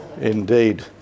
indeed